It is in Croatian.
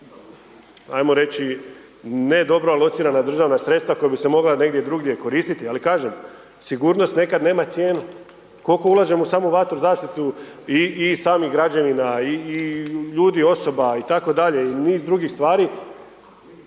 ajmo reći ne dobro alocirana državna sredstva koja bi se mogla negdje drugdje koristiti. Ali kažem, sigurnost nekad nema cijenu. Koliko ulažemo samo u vatro zaštitu i samih građanina i ljudi, osoba itd. i niz drugih stvari